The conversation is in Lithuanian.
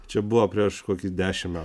čia buvo prieš kokį dešim metų